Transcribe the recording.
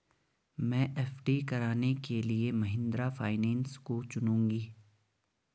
मैं एफ.डी कराने के लिए महिंद्रा फाइनेंस को चुनूंगी